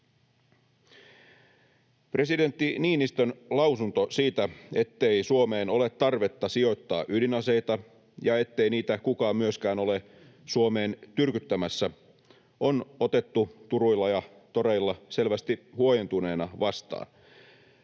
Presidentti Niinistön lausunto siitä, ettei Suomeen ole tarvetta sijoittaa ydinaseita ja ettei niitä kukaan myöskään ole Suomeen tyrkyttämässä, on otettu turuilla ja toreilla selvästi huojentuneena vastaan,